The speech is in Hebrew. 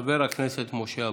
חבר הכנסת משה אבוטבול.